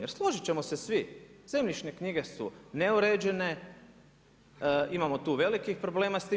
Jer složiti ćemo se svi, zemljišne knjige su neuređene, imamo tu velikih problema s time.